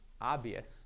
obvious